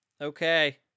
Okay